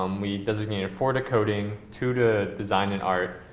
um we designated four to coding, two to design and art,